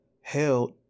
held